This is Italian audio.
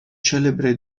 celebre